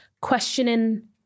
questioning